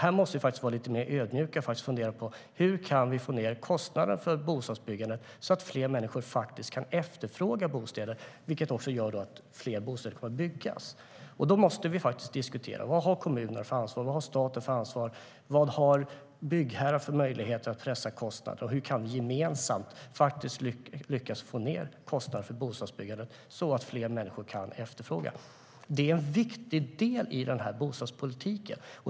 Här måste vi vara lite mer ödmjuka och fundera på hur vi kan få ned kostnaden för bostadsbyggandet så att fler människor kan efterfråga bostäder, vilket gör att fler kommer att byggas. Det är en viktig del i bostadspolitiken.